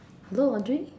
hello Audrey